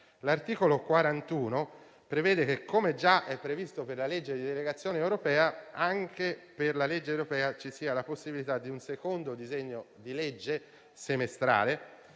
L'articolo 41 prevede - come già previsto per la legge di delegazione europea - che anche per la legge europea ci sia la possibilità di un secondo disegno di legge semestrale.